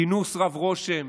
כינוס רב-רושם